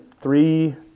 three